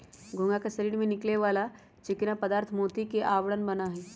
घोंघा के शरीर से निकले वाला चिकना पदार्थ मोती के आवरण बना हई